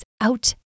out